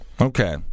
Okay